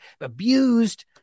abused